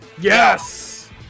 Yes